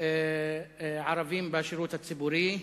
ערבים בשירות הציבורי.